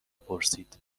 پرسید